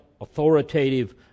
authoritative